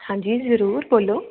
ਹਾਂਜੀ ਜ਼ਰੂਰ ਬੋਲੋ